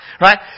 Right